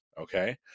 okay